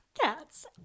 cats